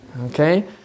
Okay